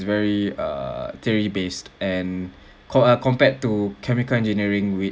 is very uh theory based and com~ compared to chemical engineering which